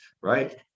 right